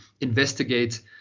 investigate